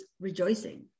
rejoicing